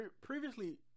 previously